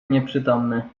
nieprzytomny